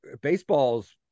Baseball's